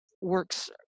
works